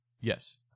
Yes